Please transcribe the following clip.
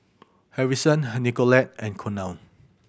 Harrison Nicolette and Colonel